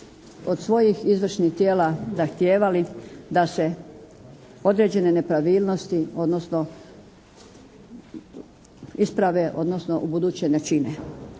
od svojih izvršnih tijela zahtijevali da se određene nepravilnosti, odnosno isprave odnosno u buduće ne čine.